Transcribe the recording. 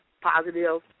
positive